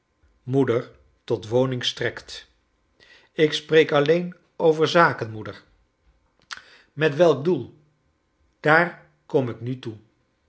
moeder tot woning strekt ik spreek alleen over zaken moe der i charles bidcona kleine dorrit met welk doel daar kom ik nu toe